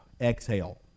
exhale